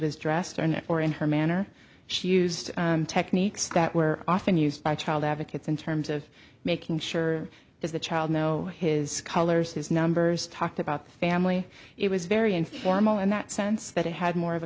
was dressed and or in her manner she used techniques that were often used by child advocates in terms of making sure does the child know his colors his numbers talked about the family it was very informal in that sense that it had more of a